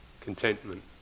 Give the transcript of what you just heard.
contentment